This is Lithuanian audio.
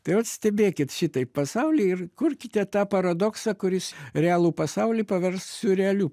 tai vat stebėkit šitaip pasaulį ir kurkite tą paradoksą kuris realų pasaulį pavers siurrealiu